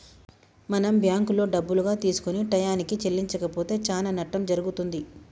మనం బ్యాంకులో డబ్బులుగా తీసుకొని టయానికి చెల్లించకపోతే చానా నట్టం జరుగుతుంది